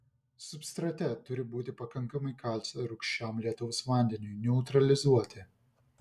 substrate turi būti pakankamai kalcio rūgščiam lietaus vandeniui neutralizuoti